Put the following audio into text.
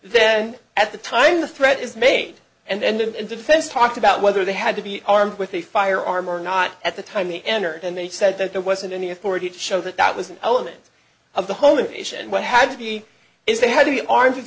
then at the time the threat is made and defense talked about whether they had to be armed with a firearm or not at the time they enter and they said that there wasn't any authority to show that that was an element of the whole issue and what had to be is they had to be armed